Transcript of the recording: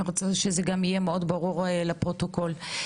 ורוצה שיהיה ברור לפרוטוקול.